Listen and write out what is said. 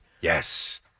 Yes